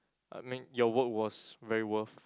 I mean your work was very worth